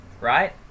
right